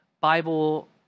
bible